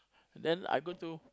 then I go to